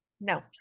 No